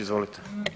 Izvolite.